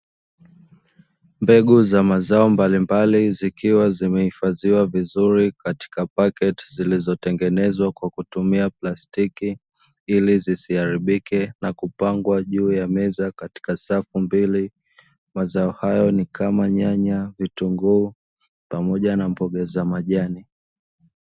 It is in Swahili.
Mbegu za mazao mbalimbali zikiwa zimehifadhiwa vizuri katika pakiti zilizotengenezwa kwa kutumia plastiki ili zisiharibike, na kupangwa juu ya meza katika safu mbili mazao hayo ni kama nyanya vitunguu pamoja na mboga za majani.